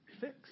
fix